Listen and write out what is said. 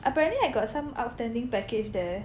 apparently I got some outstanding package there